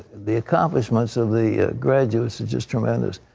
the accomplishments of the graduates are just tremendous.